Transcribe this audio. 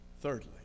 thirdly